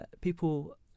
people